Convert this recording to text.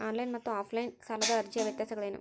On line ಮತ್ತು offline ಸಾಲದ ಅರ್ಜಿಯ ವ್ಯತ್ಯಾಸಗಳೇನು?